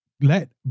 let